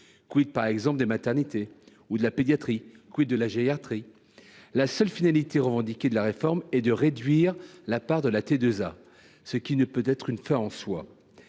par exemple, des maternités ou de la pédiatrie ? de la gériatrie ? La seule finalité revendiquée de la réforme est de réduire la part de la tarification à l’acte (T2A), ce qui ne peut être une fin en soi.